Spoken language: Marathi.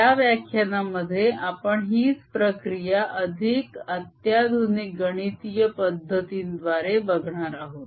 या व्याख्यानामध्ये आपण हीच प्रक्रिया अधिक अत्याधुनिक गणितीय पद्धतींद्वारे बघणार आहोत